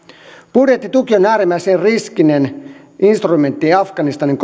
budjettituki on äärimmäisen riskinen instrumentti afganistanin